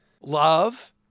love